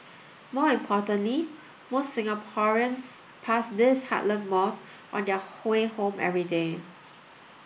more importantly most Singaporeans pass these heartland malls on their way home every day